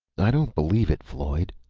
i don't believe it, floyd,